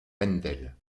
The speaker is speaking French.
wendel